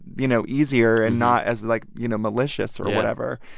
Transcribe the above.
you know, easier and not as, like, you know, malicious or whatever.